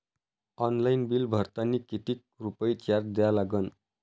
Online bill भरतानी कितीक रुपये चार्ज द्या लागन?